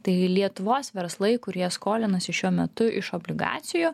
tai lietuvos verslai kurie skolinasi šiuo metu iš obligacijų